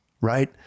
right